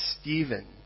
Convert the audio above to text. Stephen